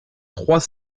trois